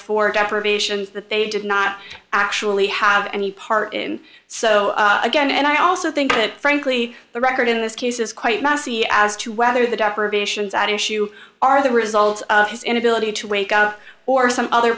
approbation that they did not actually have any part in so again and i also think that frankly the record in this case is quite messy as to whether the deprivations at issue are the result of his inability to wake up or some other